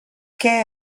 què